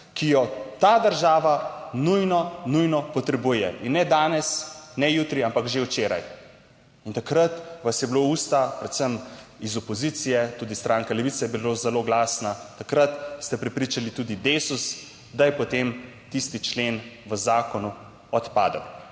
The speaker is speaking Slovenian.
ki jo ta država nujno, nujno potrebuje in ne danes, ne jutri, ampak že včeraj. In takrat vas je bilo v usta predvsem iz opozicije, tudi stranka Levica je bila zelo glasna, takrat ste prepričali tudi DeSUS, da je potem tisti člen v zakonu odpadel